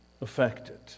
affected